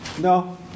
No